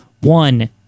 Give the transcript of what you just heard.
one